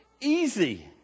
easy